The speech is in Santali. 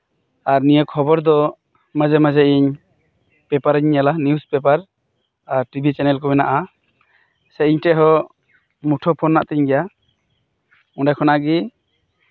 ᱟᱨ ᱱᱤᱭᱟᱹ ᱠᱷᱚᱵᱚᱨ ᱫᱚ ᱢᱟᱡᱷᱮ ᱢᱟᱡᱷᱮ ᱤᱧ ᱯᱮᱯᱟᱨ ᱤᱧ ᱧᱮᱞᱟ ᱱᱤᱭᱩᱥ ᱯᱮᱯᱟᱨ ᱴᱤᱵᱷᱤ ᱪᱮᱱᱮᱞ ᱠᱚ ᱢᱮᱱᱟᱜᱼᱟ ᱥᱮ ᱤᱧ ᱴᱷᱮᱡ ᱦᱚᱸ ᱢᱩᱴᱷᱳ ᱯᱷᱳᱱ ᱢᱮᱱᱟᱜ ᱟᱠᱟᱫ ᱛᱤᱧ ᱜᱮᱭᱟ ᱚᱸᱰᱮ ᱠᱷᱚᱱᱟᱜ ᱜᱮ